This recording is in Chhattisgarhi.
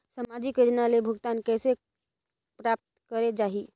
समाजिक योजना ले भुगतान कइसे प्राप्त करे जाहि?